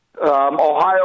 Ohio